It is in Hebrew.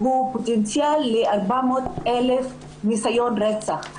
הוא פוטנציאל ל-400,000 ניסיונות רצח.